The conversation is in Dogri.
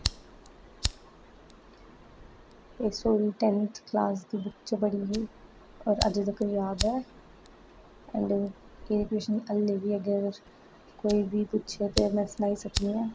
एह् स्टोरी टेन्थ क्लॉस दी बुक च पढ़ी ही होर अज्जै तक्कर याद ऐ एंड ऐल्लै बी अगर कोई बी पुच्छे ते में सनाई सकनी आं